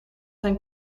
zijn